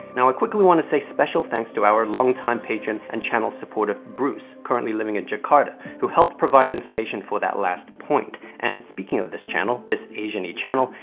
now, i ah quickly wanna say special thanks to our long-time patron and channel supporter bruce, currently living in jakarta, who helped provide information for that last point. and speaking of this channel, this asiany channel,